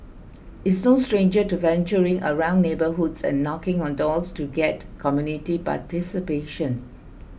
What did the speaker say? is no stranger to venturing around neighbourhoods and knocking on doors to get community participation